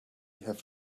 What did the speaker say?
have